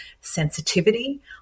sensitivity